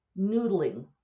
noodling